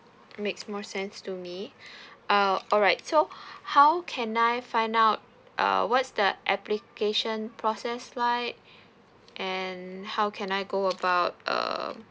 makes more sense to me uh alright so how can I find out uh what's the application process like and how can I go about err